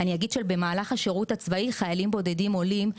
אני אגיד שבמהלך השירות הצבאי חיילים בודדים עולים,